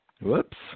Whoops